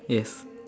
yes